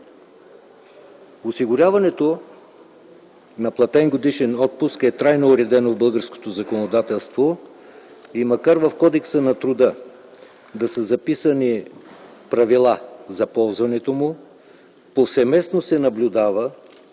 Осигуряването на платен годишен отпуск е трайно уредено в българското законодателство и макар в Кодекса на труда да са записани правила за ползването му, повсеместно се наблюдава